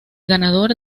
ganador